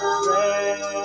friend